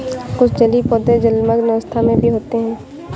कुछ जलीय पौधे जलमग्न अवस्था में भी होते हैं